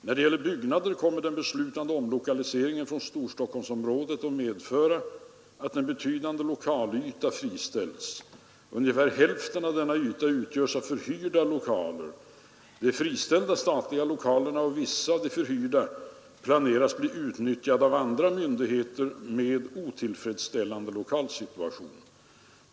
När det gäller byggnader kommer den beslutade omlokaliseringen från Storstockholmsområdet att medföra att en betydande lokalyta friställs. Ungefär hälften av denna yta utgörs av förhyrda lokaler. De friställda statliga lokalerna och vissa av de förhyrda planeras bli utnyttjade av andra myndigheter med otillfredsställande lokalsituation.